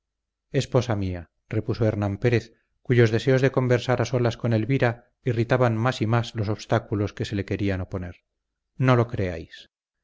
pudiéramos esposa mía repuso hernán pérez cuyos deseos de conversar a solas con elvira irritaban más y más los obstáculos que se le querían oponer no lo creáis